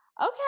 okay